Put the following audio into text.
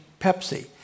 Pepsi